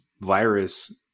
virus